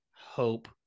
hope